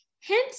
hence